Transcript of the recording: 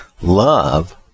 love